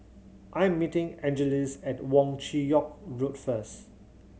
I'm meeting Angeles at Wong Chin Yoke Road first